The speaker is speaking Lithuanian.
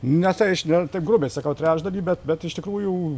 na tai aš na taip grubiai sakau trečdalį bet bet iš tikrųjų